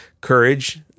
courage